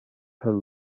her